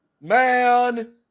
man